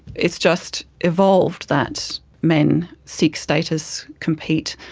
it's just evolved that men seek status, compete,